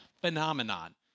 phenomenon